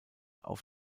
auf